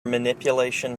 manipulation